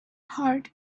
heart